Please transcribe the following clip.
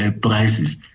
prices